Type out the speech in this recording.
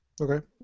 Okay